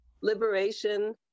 liberation